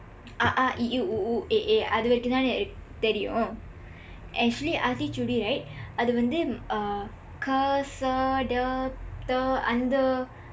அ ஆ இ ஈ உ ஊ எ ஏ அது வரைக்கும் தானே தெரியும்:a aa i ii u uu e ee athu varaikkum thaanee theriyum actually ஆத்திச்சூடி:aaththichsuudi right அது வந்து:athu vandthu err க ச ட ற அந்த:ka sa da ra andtha